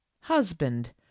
husband